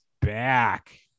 back